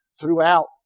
throughout